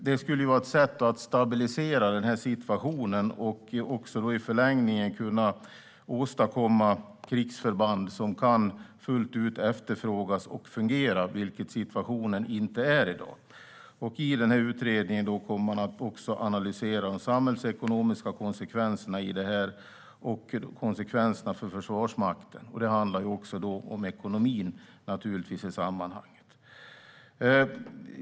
Det skulle vara ett sätt att stabilisera situationen och i förlängningen åstadkomma krigsförband som fullt ut kan efterfrågas och fungera, vilket inte kan ske i dag. Utredningen ska också analysera de samhällsekonomiska konsekvenserna och konsekvenserna för Försvarsmakten. Det handlar då om ekonomin i sammanhanget.